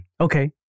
Okay